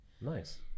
nice